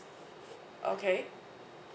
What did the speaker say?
okay